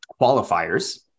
qualifiers